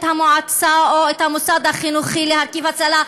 המועצה או את המוסד החינוכי להרכיב הצללה.